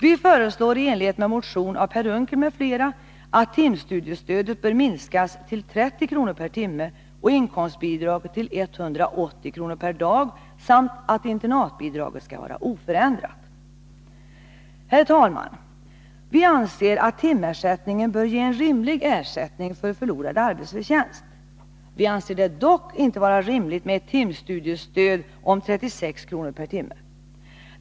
Vi föreslår i likhet med vad Per Unckel m.fl. gör i en motion att timstudiestödet skall minskas till 30 kr. per timme och inkomstbidraget till 180 kr. per dag samt att internatbidraget skall vara oförändrat. Herr talman! Vi anser att timersättningen bör ge en rimlig kompensation för förlorad arbetsförtjänst. Dock är det enligt vår mening inte rimligt med ett timstudiestöd om 36 kr. per timme.